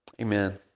Amen